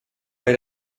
bei